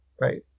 right